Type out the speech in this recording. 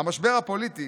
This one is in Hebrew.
"המשבר הפוליטי